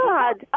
God